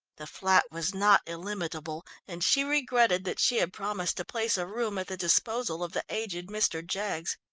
the flat was not illimitable, and she regretted that she had promised to place a room at the disposal of the aged mr. jaggs.